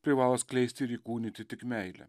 privalo skleisti ir įkūnyti tik meilę